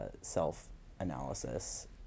self-analysis